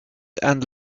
and